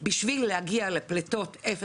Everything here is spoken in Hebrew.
בשביל להגיע ל-0 פליטות,